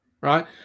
right